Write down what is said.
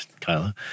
Kyla